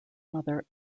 mother